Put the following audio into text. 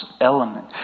element